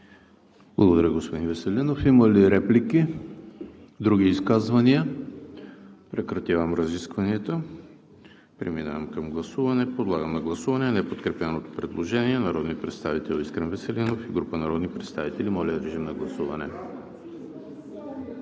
Благодаря, господин Веселинов. Има ли реплики? Други изказвания? Прекратявам разискванията. Преминаваме към гласуване. Подлагам на гласуване неподкрепеното предложение на народния представител Искрен Веселинов и група народни представители. Гласували